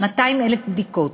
200,000 בדיקות.